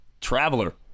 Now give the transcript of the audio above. traveler